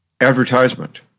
Advertisement